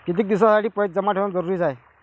कितीक दिसासाठी पैसे जमा ठेवणं जरुरीच हाय?